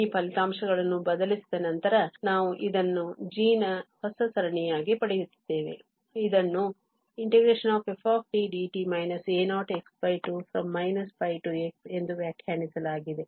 ಈ ಫಲಿತಾಂಶಗಳನ್ನು ಬದಲಿಸಿದ ನಂತರ ನಾವು ಇದನ್ನು g ನ ಹೊಸ ಸರಣಿಯಾಗಿ ಪಡೆಯುತ್ತಿದ್ದೇವೆ ಇದನ್ನು xftdt a0x2 ಎಂದು ವ್ಯಾಖ್ಯಾನಿಸಲಾಗಿದೆ